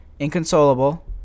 inconsolable